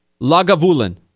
Lagavulin